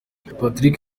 patrick